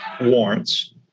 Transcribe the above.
warrants